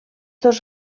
dos